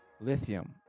lithium